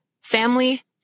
family